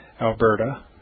Alberta